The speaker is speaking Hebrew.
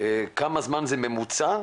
כמה זמן זה ממוצע,